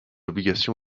obligation